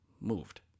moved